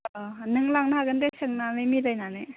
अ नों लांनो हागोन दे सोंनानै मिलायनानै